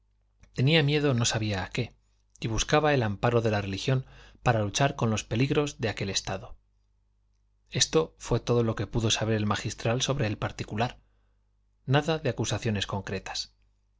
tenía miedo no sabía a qué y buscaba el amparo de la religión para luchar con los peligros de aquel estado esto fue todo lo que pudo saber el magistral sobre el particular nada de acusaciones concretas